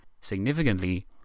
Significantly